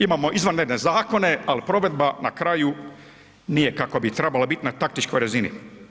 Imamo izvanredne zakona, ali provedba na kraju nije kakva bi trebala biti na taktičkoj razini.